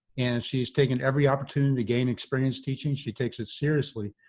and she's taken every opportunity to gain experience teaching. she takes it seriously,